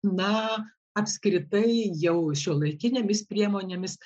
na apskritai jau šiuolaikinėmis priemonėmis